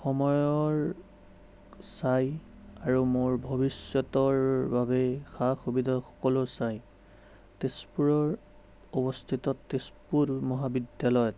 সময়ৰ চাই আৰু মোৰ ভবিষ্য়তৰ বাবে সা সুবিধা সকলো চাই তেজপুৰৰ অৱস্থিত তেজপুৰ মহাবিদ্য়ালয়ত